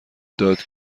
داد